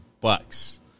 bucks